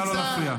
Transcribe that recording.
לא להפריע.